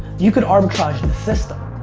you could arbitrage and the system.